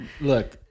look